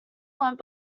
went